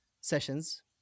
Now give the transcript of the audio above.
Sessions